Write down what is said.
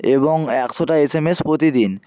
এবং একশোটা S M S প্রতিদিন